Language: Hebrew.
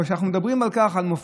אבל כשאנחנו מדברים על מופע